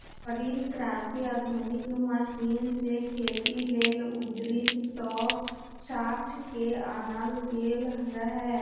हरित क्रांति आधुनिक मशीन से खेती लेल उन्नीस सौ साठ में आनल गेल रहै